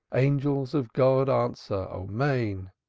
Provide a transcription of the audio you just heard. angels of god answer amen!